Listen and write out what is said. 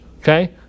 okay